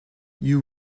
you